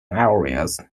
areas